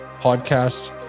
podcasts